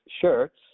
shirts